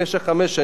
אדוני היושב-ראש,